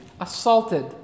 assaulted